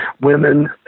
women